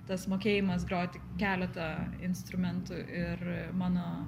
tas mokėjimas groti keletą instrumentų ir mano